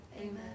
Amen